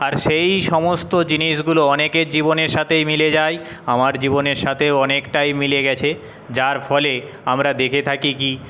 আর সেই সমস্ত জিনিসগুলো অনেকের জীবনের সাথেই মিলে যায় আমার জীবনের সাথেও অনেকটাই মিলে গেছে যার ফলে আমরা দেখে থাকি কী